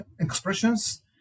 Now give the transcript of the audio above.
expressions